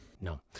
No